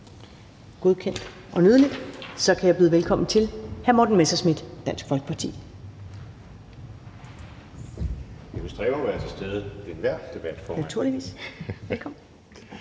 godkendt – kan jeg byde velkommen til hr. Morten Messerschmidt, Dansk Folkeparti.